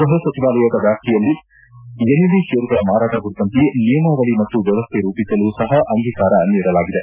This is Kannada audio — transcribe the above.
ಗೃಹ ಸಚಿವಾಲಯದ ವ್ಯಾಪ್ತಿಯಲ್ಲಿ ಎನಿಮಿ ಷೇರುಗಳ ಮಾರಾಟ ಕುರಿತು ನಿಯಮಾವಳಿ ಮತ್ತು ವ್ಯವಸ್ಥೆ ರೂಪಿಸಲು ಸಹ ಅಂಗೀಕಾರ ನೀಡಲಾಗಿದೆ